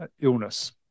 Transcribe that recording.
illness